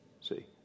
see